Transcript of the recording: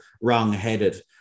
wrong-headed